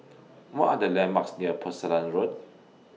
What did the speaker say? What Are The landmarks near Road